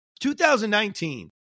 2019